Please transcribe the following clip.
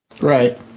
Right